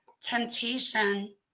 temptation